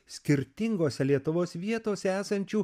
skirtingose lietuvos vietose esančių